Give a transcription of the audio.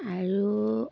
আৰু